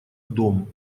дом